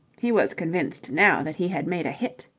he was convinced now that he had made a hit.